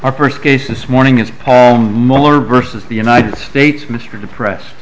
our first case is morning is paul miller versus the united states mr depressed